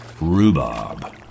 Rhubarb